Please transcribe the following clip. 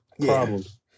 Problems